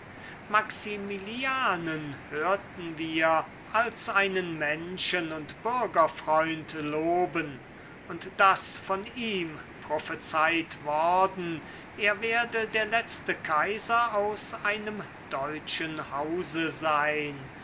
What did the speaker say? maximilianen hörten wir als einen menschen und bürgerfreund loben und daß von ihm prophezeit worden er werde der letzte kaiser aus einem deutschen hause sein